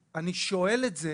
אני שואל את זה